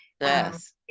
Yes